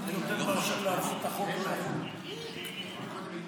יותר מאשר להביא את החוק אני לא יכול,